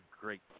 great